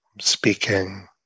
speaking